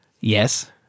Yes